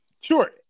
sure